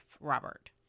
Robert